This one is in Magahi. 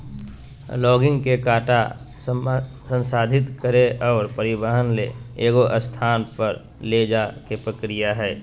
लॉगिंग के काटा संसाधित करे और परिवहन ले एगो स्थान पर ले जाय के प्रक्रिया हइ